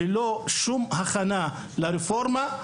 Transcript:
וללא שום הכנה לרפורמה,